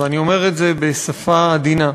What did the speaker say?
ואני אומר את זה בשפה עדינה,